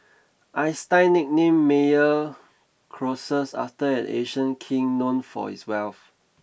Einstein nicknamed Meyer Croesus after an ancient king known for his wealth